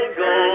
go